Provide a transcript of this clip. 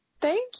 Thank